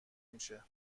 میشه